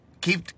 Keep